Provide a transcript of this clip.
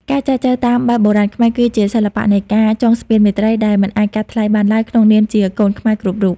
ការចែចូវតាមបែបបុរាណខ្មែរ គឺជា "សិល្បៈនៃការចងស្ពានមេត្រី" ដែលមិនអាចកាត់ថ្លៃបានឡើយ ក្នុងនាមជាកូនខ្មែរគ្រប់រូប។